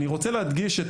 אני רוצה להדגיש את